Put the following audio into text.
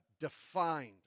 defined